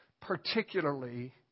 particularly